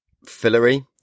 fillery